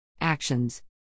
Actions